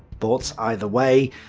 but either way,